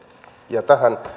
ja tähän